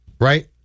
Right